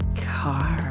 car